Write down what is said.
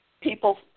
People